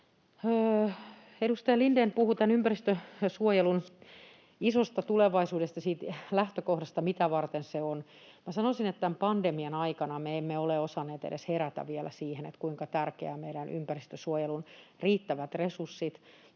Edustaja Lindén puhui ympäristönsuojelun isosta tulevaisuudesta siitä lähtökohdasta, mitä varten se on. Minä sanoisin, että tämän pandemian aikana me emme ole osanneet edes herätä vielä siihen, kuinka tärkeitä meidän ympäristönsuojelun riittävät resurssit